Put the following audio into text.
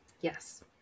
Yes